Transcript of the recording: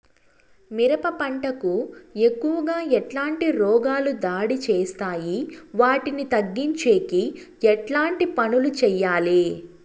మిరప పంట కు ఎక్కువగా ఎట్లాంటి రోగాలు దాడి చేస్తాయి వాటిని తగ్గించేకి ఎట్లాంటి పనులు చెయ్యాలి?